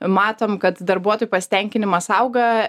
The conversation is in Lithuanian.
matom kad darbuotojų pasitenkinimas auga